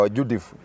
Judith